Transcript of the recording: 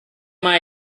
más